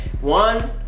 One